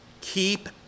Keep